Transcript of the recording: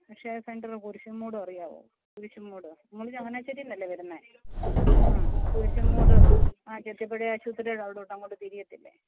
Akshaya centre Kurisumoodu അറിയാമോ കുരിശുംമൂട് നിങ്ങൾ ചങ്ങനാശ്ശേരിയിൽ നിന്നല്ലേ വരുന്നത് അഹ് കുരിശുംമൂട് ആ ചെത്തിപ്പടി ആശുപത്രിയുടെ അവിടോട്ട് അങ്ങോട്ട് തിരിയത്തില്ലേ